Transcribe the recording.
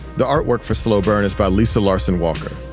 the artwork for slow burn is by lisa larson-walker.